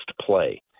play